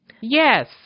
Yes